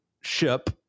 SHIP